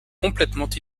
complètement